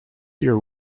your